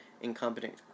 incompetent